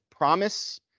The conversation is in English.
Promise